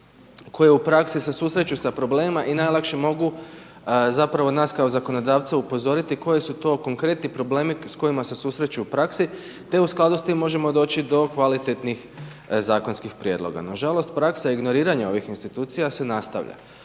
koje u praksi se susreću sa problemima i najlakše mogu zapravo nas kao zakonodavce upozoriti koji su to konkretni problemi s kojima se susreću u praksi. Te u skladu s tim možemo doći do kvalitetnih zakonskih prijedloga. Nažalost praksa ignoriranja ovih institucija se nastavlja